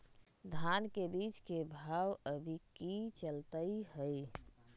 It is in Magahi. धान के बीज के भाव अभी की चलतई हई?